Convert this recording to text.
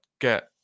get